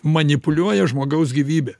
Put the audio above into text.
manipuliuoja žmogaus gyvybe